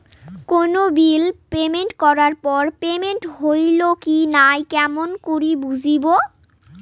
কোনো bill payment করার পর পেমেন্ট হইল কি নাই কেমন করি বুঝবো?